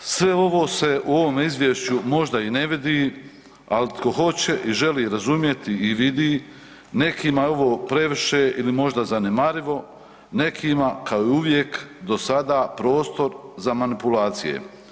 Sve ovo se u ovome Izvješću možda i ne vidi, ali tko hoće i želi razumjeti i vidi nekima je ovo previše ili možda zanemarivo, nekima kao i uvijek do sada prostor za manipulacije.